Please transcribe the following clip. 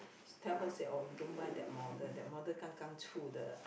tell her say oh you don't buy that model that model 刚刚出的